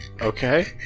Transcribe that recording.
Okay